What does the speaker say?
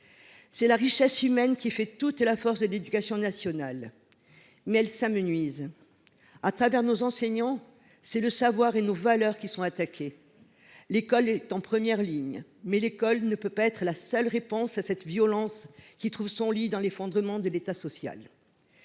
C’est la richesse humaine qui fait toute la force de l’éducation nationale, mais elle s’amenuise. Au travers de nos enseignants, c’est le savoir et nos valeurs qui sont attaqués. L’école est en première ligne, mais elle ne peut être la seule réponse à cette violence qui trouve son lit dans l’effondrement de l’État social.